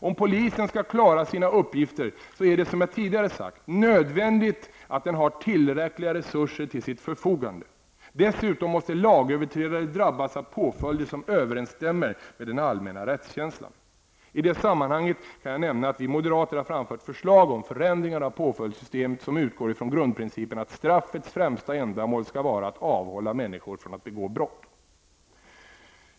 Om polisen skall klara sina uppgifter är det, som jag tidigare sagt, nödvändigt att den har tillräckliga resurser till sitt förfogande. Dessutom måste lagöverträdare drabbas av påföljder som överensstämmer med den allmänna rättskänslan. I det sammanhanget kan jag nämna att vi moderater har framfört förslag om förändringar av påföljdssystemet, som utgår från grundprincipen att straffets främsta ändamål skall vara att avhålla människor från att begå brott.